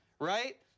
right